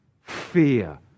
fear